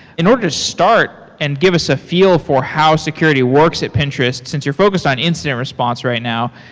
in order to start and give us a feel for how security works at pinterest, since you're focused on incident response right now,